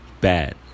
Bad